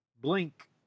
Blink